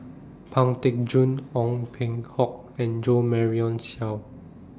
Pang Teck Joon Ong Peng Hock and Jo Marion Seow